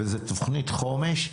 וזו תוכנית חומש.